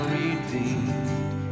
redeemed